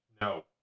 no